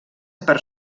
per